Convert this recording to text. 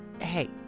Hey